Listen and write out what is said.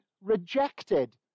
rejected